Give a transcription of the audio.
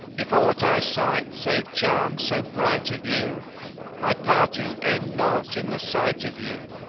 if aught i sight save charms so bright of you my parting end not in the sight of you!